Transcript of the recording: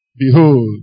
Behold